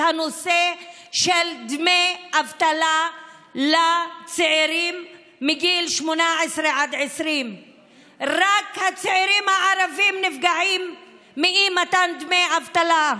את נושא דמי האבטלה לצעירים מגיל 18 עד 20. רק הצעירים הערבים נפגעים מאי-מתן דמי אבטלה.